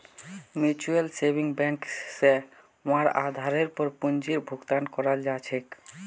mutual saving bank स वहार आधारेर पर पूंजीर भुगतान कराल जा छेक